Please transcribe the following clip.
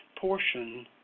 portion